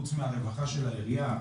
חוץ מהרווחה של העירייה.